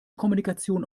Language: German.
kommunikation